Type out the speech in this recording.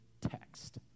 text